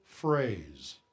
Phrase